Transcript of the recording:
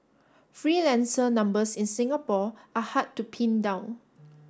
freelancer numbers in Singapore are hard to pin down